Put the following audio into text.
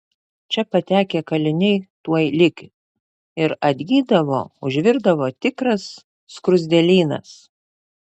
čia patekę kaliniai tuoj lyg ir atgydavo užvirdavo tikras skruzdėlynas